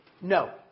No